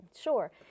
Sure